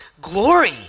glory